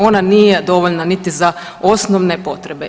Ona nije dovoljna niti za osnove potrebe.